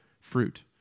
fruit